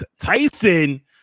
Tyson